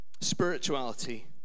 Spirituality